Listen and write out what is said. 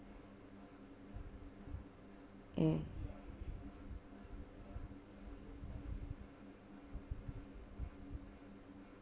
mm